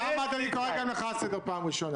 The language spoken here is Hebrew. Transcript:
את המעקב.